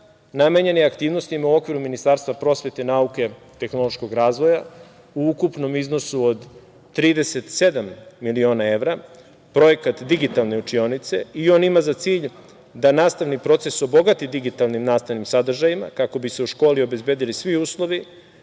namenjen je aktivnostima u okviru Ministarstva prosvete, nauke i tehnološkog razvoja u ukupnom iznosu od 37 miliona evra, projekat "Digitalne učionice" i on ima za cilj da nastavni proces obogati digitalnim nastavnim sadržajima kako bi se u školi obezbedili svi uslovi